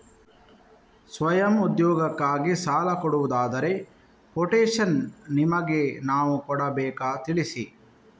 ಸ್ವಯಂ ಉದ್ಯೋಗಕ್ಕಾಗಿ ಸಾಲ ಕೊಡುವುದಾದರೆ ಕೊಟೇಶನ್ ನಿಮಗೆ ನಾವು ಕೊಡಬೇಕಾ ತಿಳಿಸಿ?